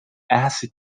acid